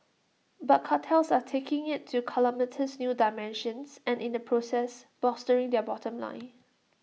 but cartels are taking IT to calamitous new dimensions and in the process bolstering their bottom line